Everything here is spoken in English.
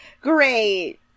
great